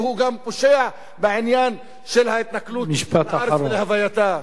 והוא גם פושע בעניין של ההתנכלות לארץ ולהווייתה.